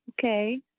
Okay